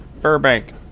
Burbank